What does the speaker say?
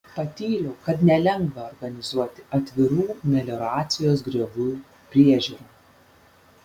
patyriau kad nelengva organizuoti atvirų melioracijos griovių priežiūrą